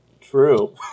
True